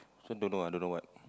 so don't know ah don't know what